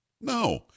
No